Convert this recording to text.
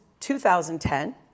2010